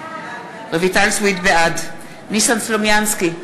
בעד ניסן סלומינסקי,